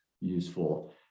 useful